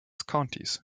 countys